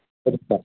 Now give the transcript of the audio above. ಬರುತ್ತಾ